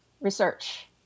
research